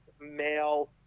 male